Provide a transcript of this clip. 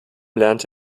lernte